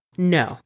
No